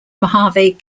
mohave